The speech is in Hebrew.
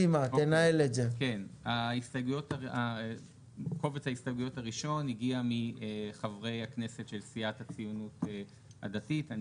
קובץ ההסתייגויות הראשון הגיע מחברי הכנסת של סיעת הציונות הדתית.